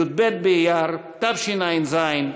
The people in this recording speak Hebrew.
י"ב באייר התשע"ז,